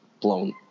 blown